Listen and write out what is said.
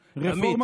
כאן.